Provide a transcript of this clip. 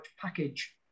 package